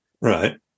Right